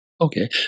Okay